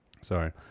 Sorry